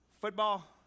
football